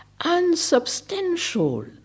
Unsubstantial